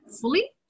fully